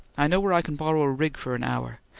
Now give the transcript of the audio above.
i know where i can borrow a rig for an hour.